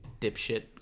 dipshit